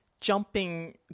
jumping